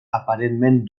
aparentment